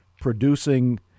producing